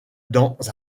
dans